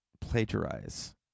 plagiarize